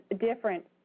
different